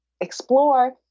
explore